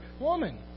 Woman